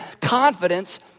confidence